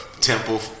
temple